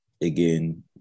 again